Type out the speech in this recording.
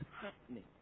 happening